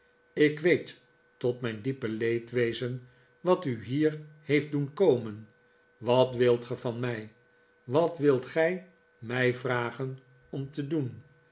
ik weet tot mijn diepe leedwezen wat u hier heeft doen komen wat wilt ge van mij wat wilt gij mij vragen om te doen